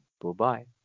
Bye-bye